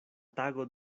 tago